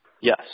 Yes